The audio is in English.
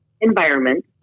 environment